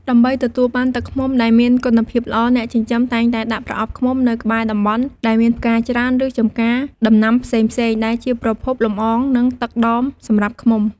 ដើម្បីទទួលបានទឹកឃ្មុំដែលមានគុណភាពល្អ អ្នកចិញ្ចឹមតែងតែដាក់ប្រអប់ឃ្មុំនៅក្បែរតំបន់ដែលមានផ្កាច្រើន ឬចំការដំណាំផ្សេងៗ ដែលជាប្រភពលំអង និងទឹកដមសម្រាប់ឃ្មុំ។